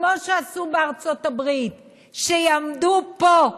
כמו שעשו בארצות הברית; שיעמדו פה,